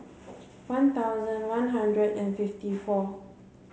one thousand one hundred and fifty four